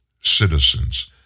citizens